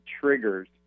triggers